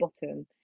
bottom